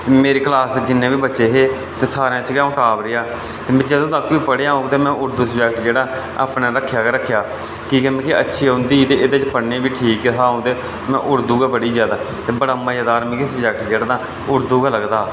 मेरी कलास दे जिन्ने बी बच्चे हे ते सारें च गै अ'ऊं टाप रेहा ते में जदूं तक्कर बी पढ़ेआ होग में उर्दू सबजैक्ट जेह्ड़ा अपना रक्खेआ गै रक्खेआ की के मिगी अच्छी औंदी ही त् एह्दे च पढ़ने ई भी ठीक गै हा अ'ऊं ते में उर्दू गै पढ़ी जैदा ते बड़ा मजेदार मिगी सबजैक्ट जेह्ड़ा तां उर्दू गै लगदा हा